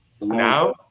Now